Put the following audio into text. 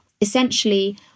essentially